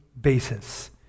basis